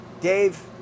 Dave